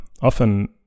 often